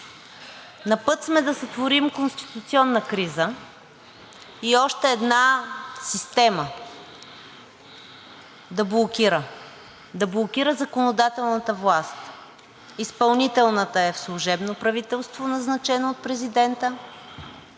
На път сме да сътворим конституционна криза и още една система да блокира – да блокира законодателната власт. Изпълнителната е в служебно правителство, назначено от президента,